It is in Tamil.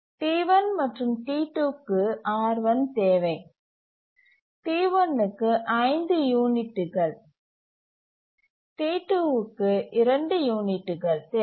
T1 மற்றும் T2 க்கு R1 தேவை T1 க்கு 5 யூனிட்டுகள் T2 க்கு 2 யூனிட்டுகள் தேவை